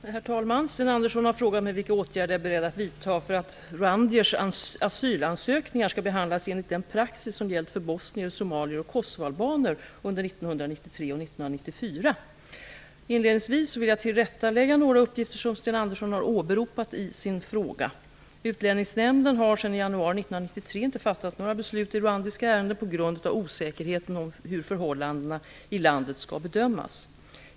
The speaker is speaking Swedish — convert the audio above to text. Herr talman! Sten Andersson i Malmö har frågat vilka åtgärder jag är beredd att vidta för att rwandiers asylansökningar skall behandlas enligt den praxis som har gällt för bosnier, somalier och kosovoalbaner under 1993 och 1994. Inledningsvis vill jag tillrättalägga några uppgifter som Sten Andersson har åberopat i sin fråga. Utlänningsnämnden har sedan januari 1993 inte fattat några beslut i rwandiska ärenden på grund av osäkerheten om hur förhållandena i landet skall bedömas.